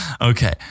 okay